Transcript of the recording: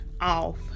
off